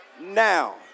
now